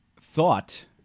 thought